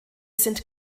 sind